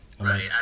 right